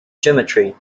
geometry